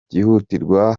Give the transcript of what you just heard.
byihutirwa